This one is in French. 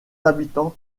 habitants